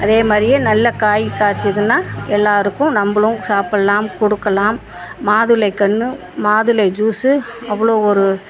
அதே மாதிரியே நல்ல காய் காய்ச்சதுன்னா எல்லாருக்கும் நம்பளும் சாப்பிடலாம் கொடுக்கலாம் மாதுளை கன்று மாதுளை ஜூஸ்ஸு அவ்வளோ ஒரு